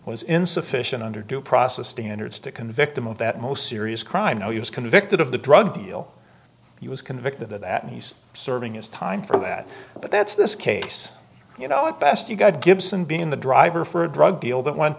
was insufficient under due process standards to convict him of that most serious crime no he was convicted of the drug deal he was convicted of that he's serving his time for that but that's this case you know at best you've got gibson being the driver for a drug deal that went